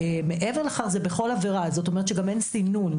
מעבר לכך זה בכל עבירה, זאת אומרת שגם אין סינון.